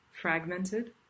fragmented